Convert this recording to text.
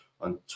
on